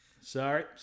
sorry